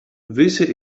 visi